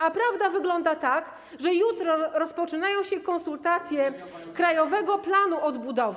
A prawda wygląda tak, że jutro rozpoczynają się konsultacje Krajowego Planu Odbudowy.